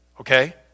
Okay